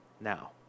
now